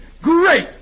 Great